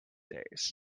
days